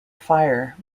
fire